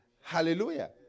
Hallelujah